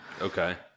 Okay